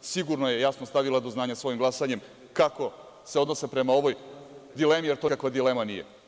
sigurno je jasno stavila do znanja svojim glasanjem kako se odnose prema ovoj dilemi jer to nikakva dilema nije.